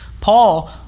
Paul